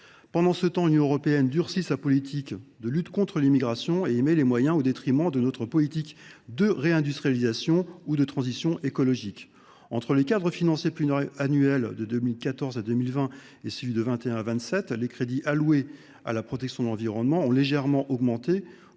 le même temps, l’Union européenne durcit sa politique de lutte contre l’immigration et y met les moyens, au détriment de notre politique de réindustrialisation ou de transition écologique. Entre le cadre financier pluriannuel pour la période 2014 2020 et celui pour la période 2021 2027, les crédits alloués à la protection de l’environnement n’ont que légèrement augmenté,